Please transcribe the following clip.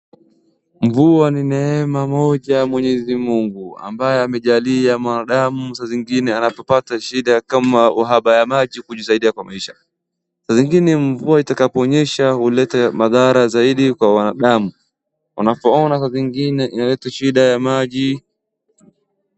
Mvua ni neema moja ya mwenyezi Mungu ambaye amejalia mwanadamu saa zingine anapopata shida kama uhaba ya maji kujisaidia kwa maisha. Saa zingine mvua itakaponyesha huleta madhara mengi kwa wanadamu wanapoona saa zingine inaleta shida ya maji.